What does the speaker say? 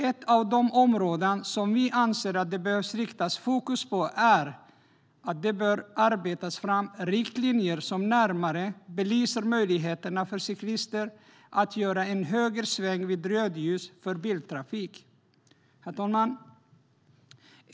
Ett av de områden som vi anser att det behöver riktas fokus på är att det bör arbetas fram riktlinjer som närmare belyser möjligheterna för cyklister att göra en högersväng vid rödljus för biltrafik.